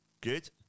Good